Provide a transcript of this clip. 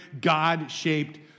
God-shaped